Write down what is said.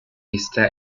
esta